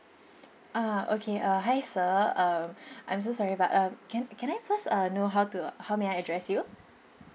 uh okay err hi sir uh I'm so sorry about uh can can I first uh know how to how may I address you